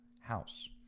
House